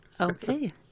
Okay